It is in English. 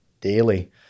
daily